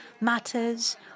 matters